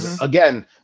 Again